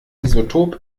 isotop